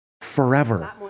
forever